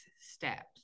steps